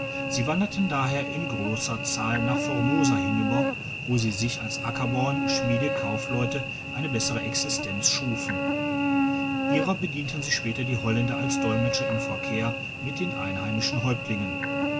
sie wanderten daher in grosser zahl nach formosa hinüber wo sie sich als ackerbauer schmiede kaufleute eine bessere existenz schufen ihrer bedienten sich später die holländer als dolmetscher im verkehr mit den einheimischen häuptlingen